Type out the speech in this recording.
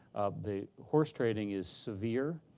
the horse trading is severe.